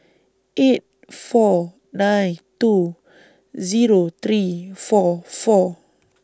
eight four nine two Zero three four four